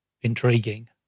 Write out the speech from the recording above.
intriguing